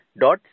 dot